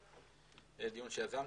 דיון שיזמתי.